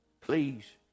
please